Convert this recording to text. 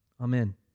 Amen